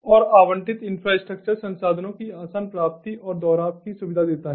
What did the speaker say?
और आवंटित इंफ्रास्ट्रक्चर संसाधनों की आसान प्राप्ति और दोहराव की सुविधा देता है